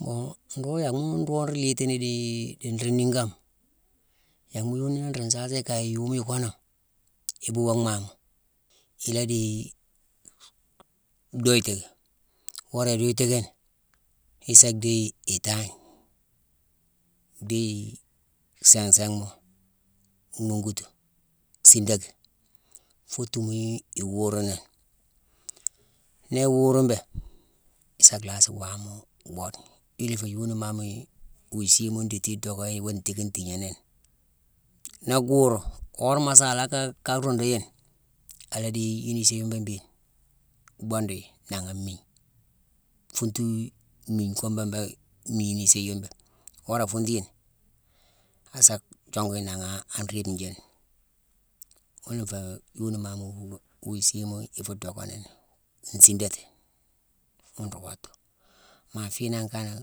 Mbon mbuughune yanghma nroo nruu liitini dii nruu niigoma, yanghma yoni nruu nsaasone juuma, ikonome, i buuwo mhaama, i la déye duyitiki. Wora iduyitiki ni, isaa dhéye itangne, dhéye sangh sanghma nhongutu, siidaki. Foo tuumu iwuru nini. Ni iwuru mbé, isaa lhaasi waama bhoode. Yuna ifé yonimame wuu isiima idithi idockayi, iwo téckine tiigné nini. Na guuru, worama asaala ka runduyini, a la déye yune isiiyune bééghine bhonduyi, nangha amiigne, funtu mhigne kune bééghine. Mini singhine. Wora a funtuyini, musa yongu yi nangha an riibe njiine. Ghuna nfé yonimame wu siima ifu dockani: nsiidati. Ghuna nruu kottu. Maa fiinangh kana,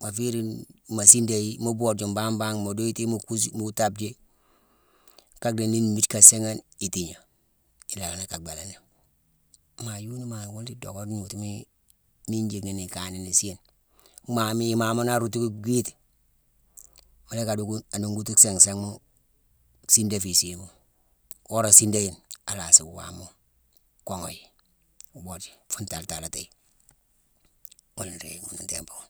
ma féérine, ma sindayi, mu booji mbangh bane, mu duyiti mu kusu-mu taapji kaa dhii ni mmiide ka siighane, itigné. Ilanni ka bhélani. Maa yonimane, wune dcoka gnotu-i-mine njiick ni ikaye nini sééne. Mhaama mi mhaama naa rootuki gwiti, mu la yick adockune-anongutu sangh sanghma siidé fuu isiima. Wora a siidé, alasi waama koogha yi, bhoode yi, fu ntaletalatiyi. Ghuna nruu yick ghunu timpu ghune.